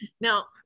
Now